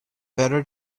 better